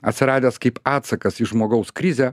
atsiradęs kaip atsakas į žmogaus krizę